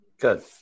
Good